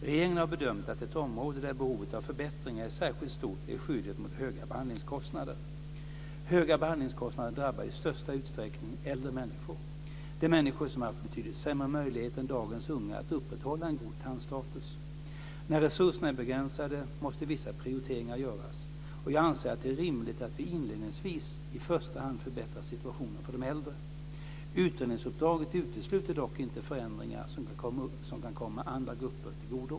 Regeringen har bedömt att ett område där behovet av förbättringar är särskilt stort är skyddet mot höga behandlingskostnader. Höga behandlingskostnader drabbar i störst utsträckning äldre människor. Det är människor som haft betydligt sämre möjligheter än dagens unga att upprätthålla en god tandstatus. När resurserna är begränsade måste vissa prioriteringar göras, och jag anser att det är rimligt att vi inledningsvis i första hand förbättrar situationen för de äldre. Utredningsuppdraget utesluter dock inte förändringar som kan komma andra grupper till godo.